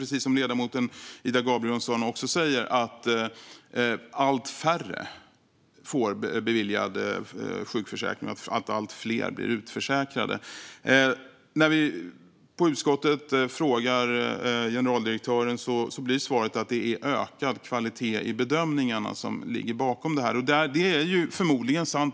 Precis som ledamoten Ida Gabrielsson säger är det oroväckande att allt färre blir beviljade sjukpenning och att allt fler blir utförsäkrade. När vi på utskottet frågar generaldirektören blir svaret att det är ökad kvalitet i bedömningarna som ligger bakom detta. Det är förmodligen sant.